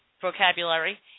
vocabulary